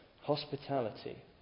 hospitality